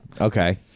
Okay